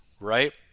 right